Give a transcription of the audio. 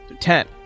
Ten